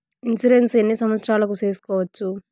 Insurance ఎన్ని సంవత్సరాలకు సేసుకోవచ్చు?